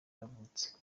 yavutse